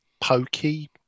pokey